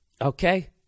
Okay